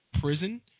prison